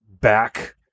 back